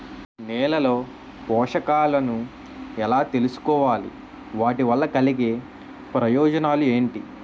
నేలలో పోషకాలను ఎలా తెలుసుకోవాలి? వాటి వల్ల కలిగే ప్రయోజనాలు ఏంటి?